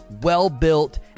well-built